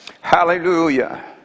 hallelujah